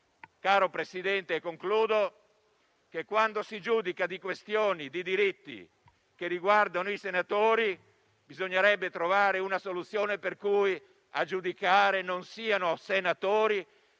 Caro Presidente, credo che, quando si giudica di questioni e di diritti che riguardano i senatori, bisognerebbe trovare una soluzione per cui a giudicare non siano senatori,